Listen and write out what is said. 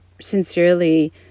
sincerely